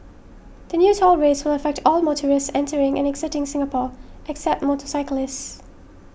the new toll rates will affect all motorists entering and exiting Singapore except motorcyclists